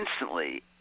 instantly